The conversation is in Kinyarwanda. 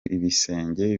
ibisenge